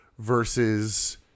Versus